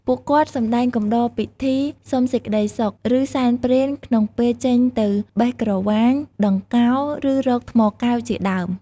ពួកគាត់សម្ដែងកំដរពិធីសុំសេចក្ដីសុខ ឬសែនព្រេនក្នុងពេលចេញទៅបេះក្រវាញ ដង្កោ ឬរកថ្មកែវ ជាដើម។